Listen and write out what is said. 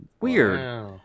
Weird